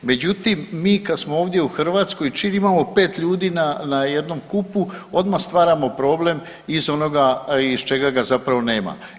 Međutim, mi kad smo ovdje u Hrvatskoj čim imamo 5 ljudi na, na jednom kupu odmah stvaramo problem iz onoga iz čega ga zapravo nema.